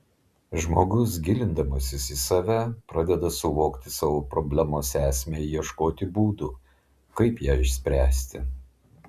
žmogus gilindamasis į save pradeda suvokti savo problemos esmę ieškoti būdų kaip ją išspręsti